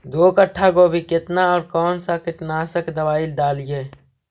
दो कट्ठा गोभी केतना और कौन सा कीटनाशक दवाई डालिए?